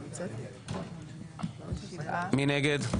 מי נגד?